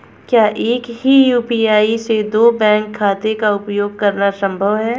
क्या एक ही यू.पी.आई से दो बैंक खातों का उपयोग करना संभव है?